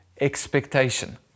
Expectation